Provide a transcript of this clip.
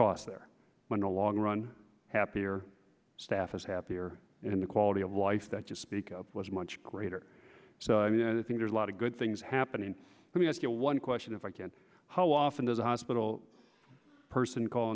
cost there when the long run happier staff is happier in the quality of life that you speak of was much greater so i think there's a lot of good things happening let me ask you one question if i can haul off into the hospital person call